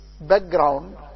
background